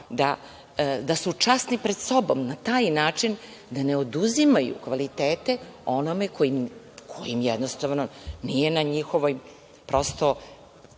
da su časni pred sobom na taj način da ne oduzimaju kvalitete onome ko im jednostavno nije na njihovoj, prosto,